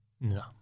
No